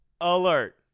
Alert